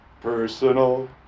personal